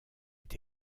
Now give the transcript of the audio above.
est